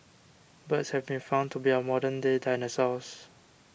birds have been found to be our modern day dinosaurs